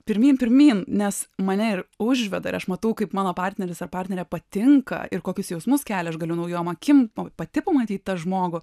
pirmyn pirmyn nes mane ir užveda ir aš matau kaip mano partneris ar partnerė patinka ir kokius jausmus kelia aš galiu naujom akim pati pamatyt tą žmogų